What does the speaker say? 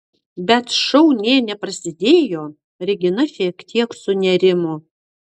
bet šou nė neprasidėjo regina šiek tiek sunerimo